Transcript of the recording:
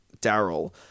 Daryl